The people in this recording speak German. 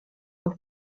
noch